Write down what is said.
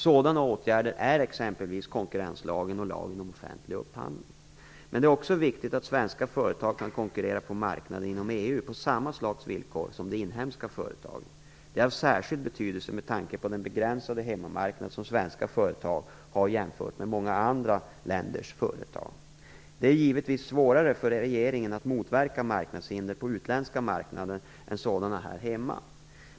Sådana åtgärder är exempelvis konkurrenslagen och lagen om offentlig upphandling. Men det är också viktigt att svenska företag kan konkurrera på marknader inom EU på samma villkor som de inhemska företagen. Det är av särskild betydelse med tanke på den begränsade hemmamarknad som svenska företag har jämfört med många andra länders företag. Det är givetvis svårare för regeringen att motverka marknadshinder på utländska marknader är sådana här hemma.